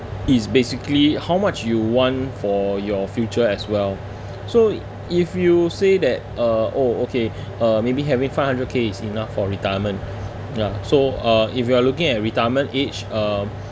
it's basically how much you want for your future as well so if you say that uh oh okay uh maybe having five hundred K is enough for retirement ya so uh if you are looking at retirement age um